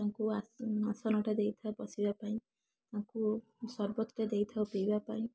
ତାଙ୍କୁ ଆସ ଆସନଟେ ଦେଇଥାଉ ବସିବା ପାଇଁ ତାଙ୍କୁ ସର୍ବତ ଟେ ଦେଇଥାଉ ପିଇବା ପାଇଁ